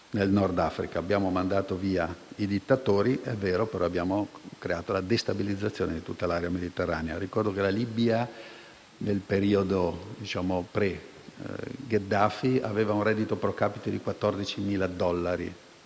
abbiamo mandato via i dittatori, ma abbiamo creato la destabilizzazione di tutta l'area mediterranea. Ricordo che la Libia, nel periodo di Gheddafi, aveva un reddito *pro capite* di 14.000 dollari,